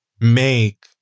make